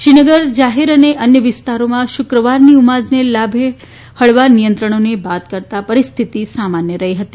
શ્રીનગર જાહેર અને અન્ય વિસ્તારોમાં શુક્રવારની ઉમાજને લાભે હળવાં નિયંત્રણોને બાદ કરતાં પરિસ્થિતિ સામાન્ય રહી હતી